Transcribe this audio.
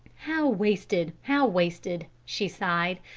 how wasted! how wasted! she sighed.